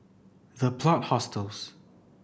The Plot Hostels